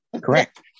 Correct